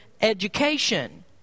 education